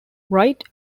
wright